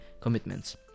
commitments